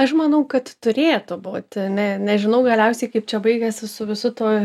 aš manau kad turėtų būti ne nežinau galiausiai kaip čia baigėsi su visu tuo